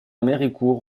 héricourt